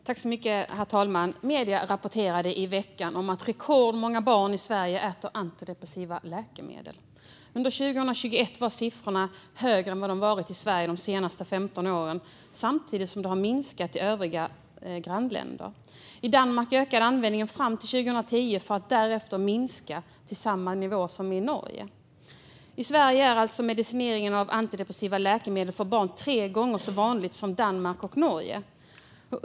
Herr talman! Medierna rapporterade i veckan om att rekordmånga barn i Sverige äter antidepressiva läkemedel. Under 2021 var siffrorna högre än vad de varit i Sverige de senaste 15 åren, samtidigt som de har minskat i övriga grannländer. I Danmark ökade användningen fram till 2010 för att därefter minska till samma nivå som i Norge. I Sverige är alltså medicineringen med antidepressiva läkemedel för barn tre gånger så vanligt som i Danmark och Norge.